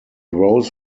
rose